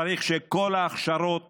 צריך שלכל ההכשרות